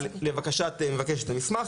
אבל לבקשת מבקשת המסמך,